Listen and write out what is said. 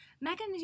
Megan